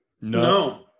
no